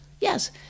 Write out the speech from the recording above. yes